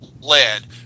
led